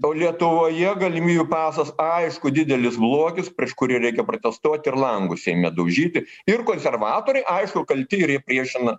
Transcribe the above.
o lietuvoje galimybių pasas aišku didelis blogis prieš kurį reikia protestuoti ir langus ėmė daužyti ir konservatoriai aišku kalti ir jie priešina